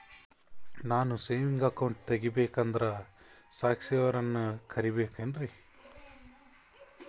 ನಾನು saving account ತೆಗಿಬೇಕಂದರ ಸಾಕ್ಷಿಯವರನ್ನು ಕರಿಬೇಕಿನ್ರಿ?